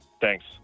Thanks